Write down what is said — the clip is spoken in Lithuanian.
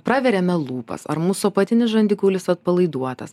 praveriame lūpas ar mūsų apatinis žandikaulis atpalaiduotas